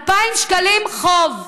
2,000 שקלים חוב.